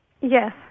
Yes